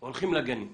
הולכים לגנים.